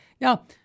now